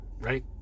right